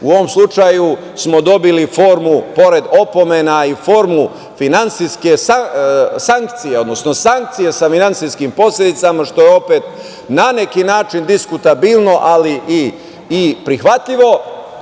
u ovom slučaju smo dobili formu, pored opomena, finansijskih sankcija, odnosno sankcije sa finansijskim posledicama, što je opet na neki način diskutabilno, ali i prihvatljivo.